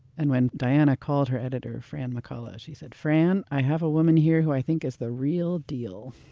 and when diana called her editor, fran mccullough, she said, fran, i have a woman here who i think is the real deal.